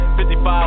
55